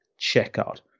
checkout